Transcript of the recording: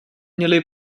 měli